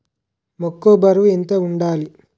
మొక్కొ బరువు ఎంత వుండాలి?